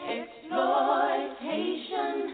exploitation